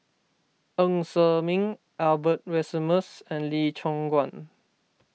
Ng Ser Miang Albert Winsemius and Lee Choon Guan